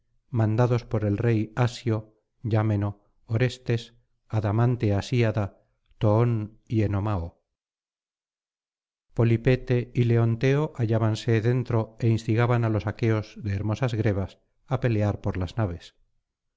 mandados por el rey asió yámeno orestes adamante asíada toón y enomao polipetes y leonteo hallábanse dentro é instigaban á los aqueos de hermosas grebas á pelear por las naves